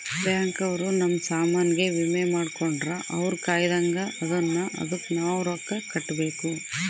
bank ಅವ್ರ ನಮ್ ಸಾಮನ್ ಗೆ ವಿಮೆ ಮಾಡ್ಕೊಂಡ್ರ ಅವ್ರ ಕಾಯ್ತ್ದಂಗ ಅದುನ್ನ ಅದುಕ್ ನವ ರೊಕ್ಕ ಕಟ್ಬೇಕು